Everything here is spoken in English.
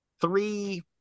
three